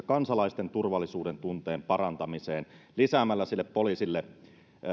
kansalaisten turvallisuudentunteen parantamiseen lisäämällä poliisille